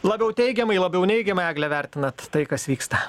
labiau teigiamai labiau neigiamai egle vertinate tai kas vyksta